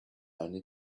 only